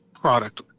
product